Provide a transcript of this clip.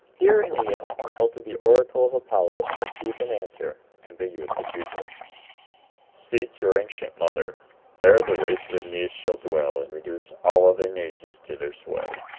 here aeneas consulted the oracle of apollo, and received an answer, ambiguous as usual seek your ancient mother there the race of aeneas shall dwell, and reduce all other nations to their sway.